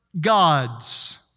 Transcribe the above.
gods